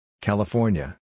California